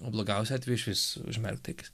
o blogiausiu atveju išvis užmerkt akis